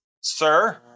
sir